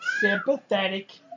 sympathetic